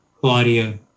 Claudia